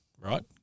right